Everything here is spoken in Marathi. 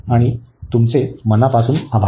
आणि तुमचे मनापासून आभार